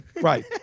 Right